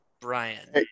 Brian